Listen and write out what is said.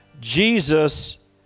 Jesus